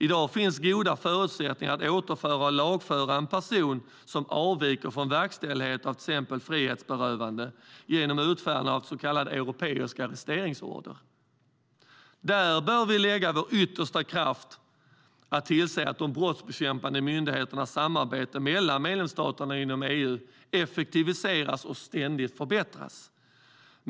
I dag finns goda förutsättningar att återföra och lagföra en person som avviker från verkställighet av till exempel frihetsberövande genom utfärdandet av en så kallad europeisk arresteringsorder. Där bör vi lägga vår yttersta kraft på att tillse att de brottsbekämpande myndigheternas samarbete mellan medlemsstaterna inom EU effektiviseras och ständigt förbättras.